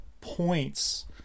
points